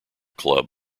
club